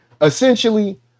essentially